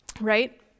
right